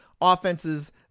offenses